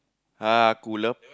ah cooler